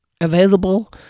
available